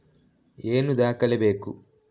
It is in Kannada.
ಏನು ದಾಖಲೆ ಬೇಕು?